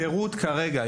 הפירוט כרגע,